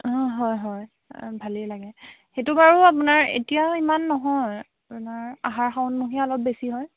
অঁ হয় হয় ভালেই লাগে সেইটো বাৰু আপোনাৰ এতিয়া ইমান নহয় আপোনাৰ আহাৰ শাওনমহীয়া অলপ বেছি হয়